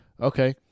Okay